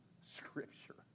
Scripture